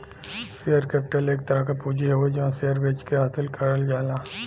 share capital एक तरह क पूंजी हउवे जौन शेयर बेचके हासिल करल जाला